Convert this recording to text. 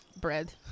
bread